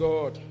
God